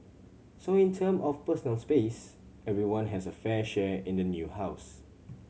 so in term of personal space everyone has a fair share in the new house